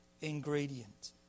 ingredient